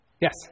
Yes